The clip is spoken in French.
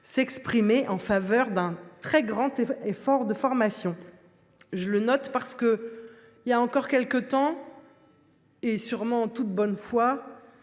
clairement en faveur d’un très grand effort de formation. Je souligne, car, il y a encore quelque temps, sûrement en toute bonne foi,